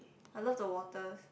I love the water